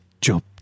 job